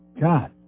God